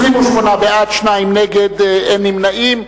28 בעד, שניים נגד, אין נמנעים.